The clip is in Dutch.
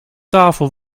tafel